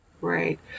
Right